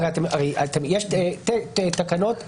יש תקנות נתונות,